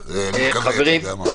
חברים,